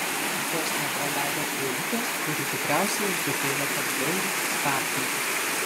vos nepraleidau eilutės kuri tikriausiai ir sukėlė tą bjaurų sapną